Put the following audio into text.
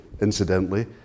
incidentally